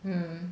mm